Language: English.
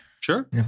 Sure